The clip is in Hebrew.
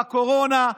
בקורונה,